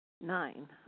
Nine